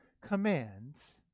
commands